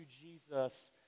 Jesus